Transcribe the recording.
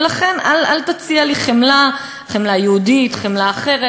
ולכן, אל תציע לי חמלה, חמלה יהודית, חמלה אחרת.